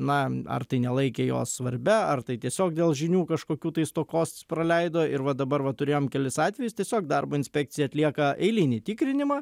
na ar tai nelaikė jo svarbia ar tai tiesiog dėl žinių kažkokių tai stokos praleido ir va dabar va turėjom kelis atvejus tiesiog darbo inspekcija atlieka eilinį tikrinimą